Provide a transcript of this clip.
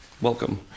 Welcome